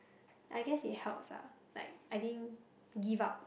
I guess it helps lah like I didn't give up